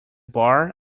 bar